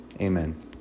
amen